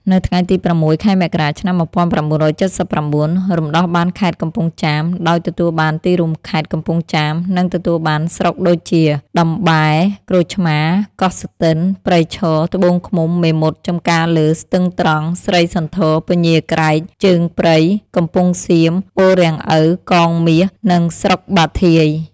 នៅថ្ងៃទី ០៦ ខែមករា ឆ្នាំ ១៩៧៩ រំដោះបានខេត្តកំពង់ចាម ដោយទទួលបានទីរួមខេត្ត កំពង់ចាម និងទទួលបានស្រុកដូចជា តំបែរ ក្រូចឆ្មា កោះសូទិន ព្រៃឈរ ត្បូងឃ្មុំ មេមត់ ចំការលើ ស្ទឹងត្រង់ ស្រីសន្ធរ ពញាក្រែក ជើងព្រៃ កំពង់សៀម អូរាំងឪ កងមាស និងស្រុកបាធាយ។